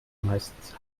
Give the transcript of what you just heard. meistens